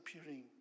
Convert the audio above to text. appearing